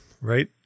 right